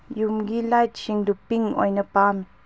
ꯌꯨꯝꯒꯤ ꯂꯥꯏꯠꯁꯤꯡꯗꯨ ꯄꯤꯡ ꯑꯣꯏꯅ ꯄꯥꯝꯃꯤ